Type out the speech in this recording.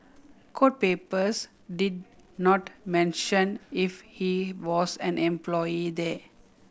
court papers did not mention if he was an employee there